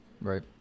Right